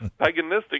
paganistic